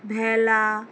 ভেলা